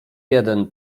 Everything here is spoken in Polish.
jeden